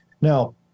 Now